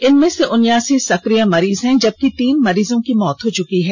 इनमें से उन्यासी सक्रिय मरीज हैं जबकि तीन मरीजों की मौत हो चुकी है